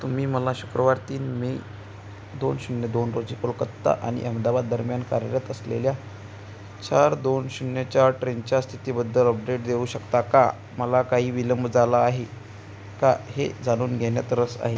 तुम्ही मला शुक्रवार तीन मे दोन शून्य दोन रोजी कोलकत्ता आणि अहमदाबाद दरम्यान कार्यरत असलेल्या चार दोन शून्य चार ट्रेनच्या स्थितीबद्दल अपडेट देऊ शकता का मला काही विलंब झाला आहे का हे जाणून घेण्यात रस आहे